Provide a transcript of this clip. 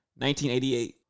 1988